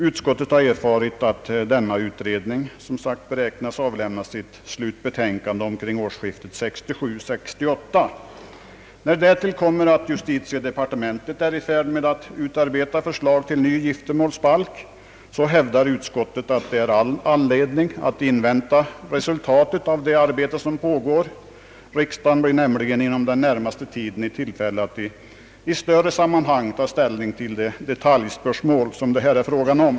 Utskottet har erfarit att denna utredning, såsom också har påpekats, beräknas avgiva sitt slutbetänkande omkring årsskiftet 1967—1968. Därtill kommer att justitiedepartementet är i färd med att utarbeta förslag till ny giftermålsbalk, varför utskottet hävdar att all anledning finns att invänta resultatet av det arbete som pågår. Riksdagen blir nämligen under den närmaste tiden i tillfälle att i större sammanhang ta ställning till de detaljspörsmål som det nu är fråga om.